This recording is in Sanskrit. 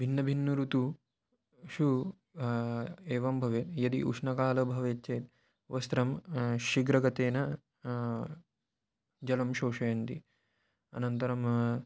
भिन्नभिन्न ऋतुषु एवं भवेत् यदि उष्णकालः भवेत् चेत् वस्त्रं शीघ्रगतेन जलं शोषयन्ति अनन्तरं